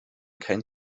kein